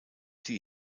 die